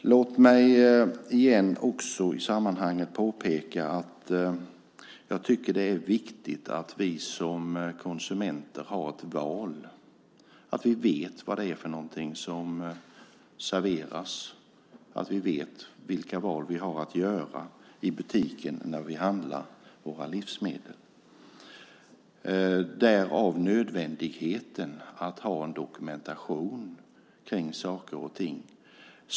Låt mig i sammanhanget återigen påpeka att jag tycker att det är viktigt att vi som konsumenter har en valmöjlighet. Vi ska veta vad som serveras, och vi ska veta vilka varor vi har att göra med i butiken när vi handlar våra livsmedel. Därav är det nödvändigt med dokumentation.